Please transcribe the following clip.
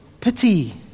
pity